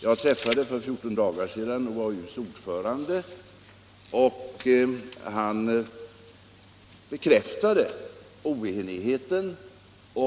Jag träffade för 14 dagar sedan OAU:s ordförande, och han bekräftade oenigheten.